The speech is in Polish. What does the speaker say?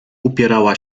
upierała